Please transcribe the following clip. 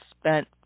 spent